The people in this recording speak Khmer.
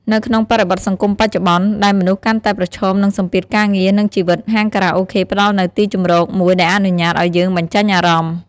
នៅក្នុងបរិបទសង្គមបច្ចុប្បន្ន ដែលមនុស្សកាន់តែប្រឈមនឹងសម្ពាធការងារ និងជីវិត ហាងខារ៉ាអូខេផ្តល់នូវទីជម្រកមួយដែលអនុញ្ញាតឲ្យយើងបញ្ចេញអារម្មណ៍។